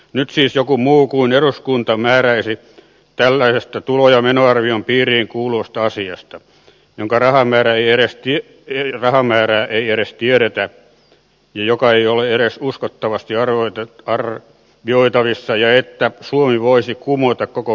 nyt siis joku muu kuin eduskunta määräisi tällaisesta tulo ja menoarvion piiriin kuuluvasta asiasta jonka rahamäärä ei edes tiepiirin rahan rahamäärää ei edes tiedetä ja jonka rahamäärä ei ole edes uskottavasti arvioitavissa ja suomi voisi kumota koko perustuslakinsa